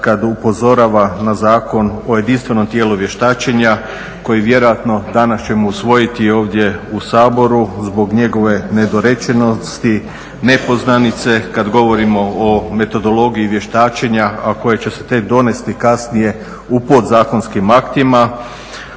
kad upozorava na Zakon o jedinstvenom tijelu vještačenja, koji vjerojatno danas ćemo usvojiti ovdje u Saboru, zbog njegove nedorečenosti, nepoznanice kad govorimo o metodologiji vještačenja, a koje će se tek donijeti kasnije u podzakonskim aktima